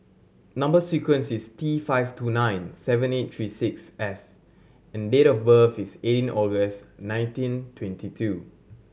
number sequence is T five two nine seven eight three six F and date of birth is eighteen August nineteen twenty two